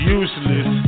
useless